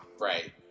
right